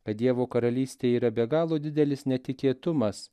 kad dievo karalystė yra be galo didelis netikėtumas